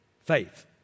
faith